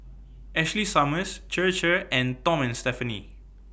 Ashley Summers Chir Chir and Tom and Stephanie